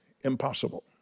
impossible